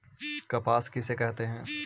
कपास किसे कहते हैं?